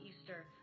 Easter